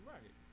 Right